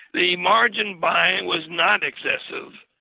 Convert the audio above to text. the margin buying was not excessive.